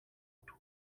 του